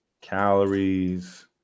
Calories